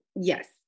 Yes